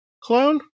clone